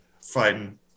fighting